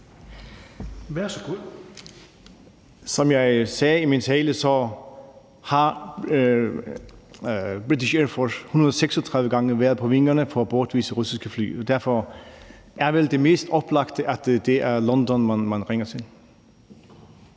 Som jeg sagde i min tale, har Royal Air Force 136 gange været på vingerne for at bortvise russiske fly. Derfor er det mest oplagte vel, at det er London, man ringer til.